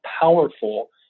powerful